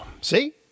See